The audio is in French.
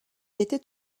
était